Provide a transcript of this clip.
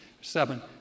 seven